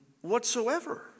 whatsoever